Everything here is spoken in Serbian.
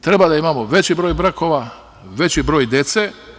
Treba da imamo veći broj brakova, veći broj dece.